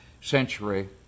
century